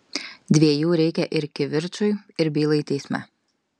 dviejų reikia ir kivirčui ir bylai teisme